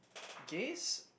gays